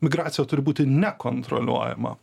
migracija turi būti nekontroliuojama